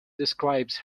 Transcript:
describes